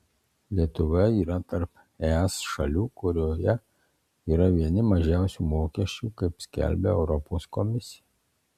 lietuva yra tarp es šalių kurioje yra vieni mažiausių mokesčių kaip skelbia europos komisija